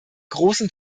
großen